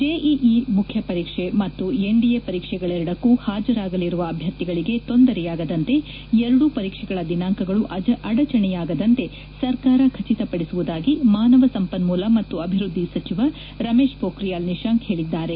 JEE ಮುಖ್ಯ ಪರೀಕ್ಷೆ ಮತ್ತು ಎನ್ ದಿ ಎ ಪರೀಕ್ಷೆಗಳೆರಡಕ್ಕೂ ಹಾಜರಾಗಲಿರುವ ಅಭ್ಯರ್ಥಿಗಳಿಗೆ ತೊಂದರೆಯಾಗದಂತೆ ಎರಡೂ ಪರೀಕ್ಷೆಗಳ ದಿನಾಂಕಗಳು ಅಡಚಣೆಯಾಗದಂತೆ ಸರ್ಕಾರ ಖಚಿತಪಡಿಸುವುದಾಗಿ ಮಾನವ ಸಂಪನ್ಮೂಲ ಮತ್ತು ಅಭಿವ್ವದ್ಗಿ ಸಚಿವ ರಮೇಶ್ ಪೋಖಿಯಾಲ್ ನಿಶಾಂಕ್ ಹೇಳಿದ್ದಾರೆ